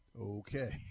Okay